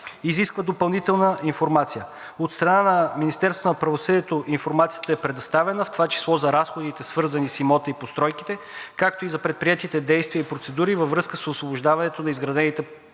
изисква допълнителна информация. От страна на Министерството на правосъдието информацията е предоставена, в това число за разходите, свързани с имота и постройките, както и за предприетите действия и процедури във връзка с освобождаването на изградените